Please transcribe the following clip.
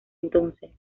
entonces